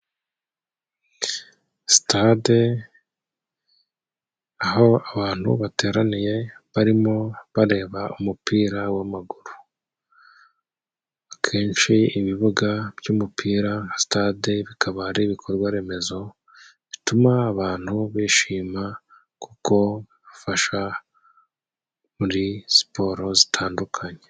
Sitade aho abantu bateraniye barimo bareba umupira w'amaguru. Akenshi ibibuga by'umupira sitade bikaba ari ibikorwa remezo bituma abantu bishima kuko bafasha muri siporo zitandukanye.